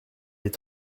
est